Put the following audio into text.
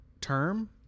term